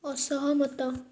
ଅସହମତ